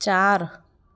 चार